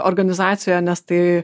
organizacijoje nes tai